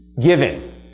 given